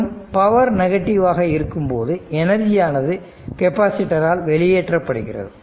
மற்றும் power negative ஆக இருக்கும்போது எனர்ஜியானது கெப்பாசிட்டரால் வெளியேற்றப்படுகிறது